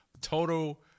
total